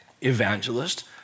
evangelist